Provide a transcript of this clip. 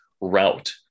route